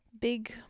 big